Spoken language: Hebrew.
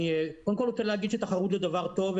קודם כול אני רוצה להגיד שתחרות זה דבר טוב,